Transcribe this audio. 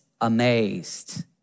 amazed